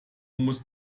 muss